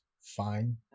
fine